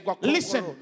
Listen